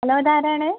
hello ഇതാരാണ്